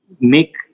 make